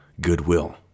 goodwill